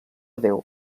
déu